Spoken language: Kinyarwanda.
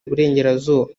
iburengerazuba